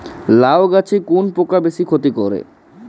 লাউ গাছে কোন পোকা বেশি ক্ষতি করে?